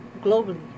globally